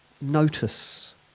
notice